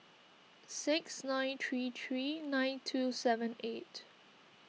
six nine three three nine two seven eight